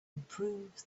improves